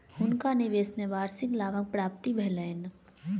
हुनका निवेश में वार्षिक लाभक प्राप्ति भेलैन